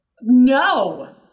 No